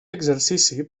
exercici